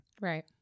Right